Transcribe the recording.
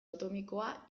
atomikoa